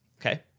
Okay